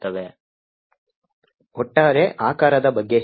yreflected v2 v1v2v1 yIncident 525×5 mm 1 mm ಒಟ್ಟಾರೆ ಆಕಾರದ ಬಗ್ಗೆ ಹೇಗೆ